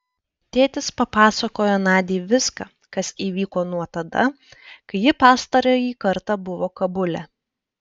tėtis papasakojo nadiai viską kas įvyko nuo tada kai ji pastarąjį kartą buvo kabule